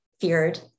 feared